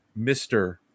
Mr